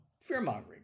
fear-mongering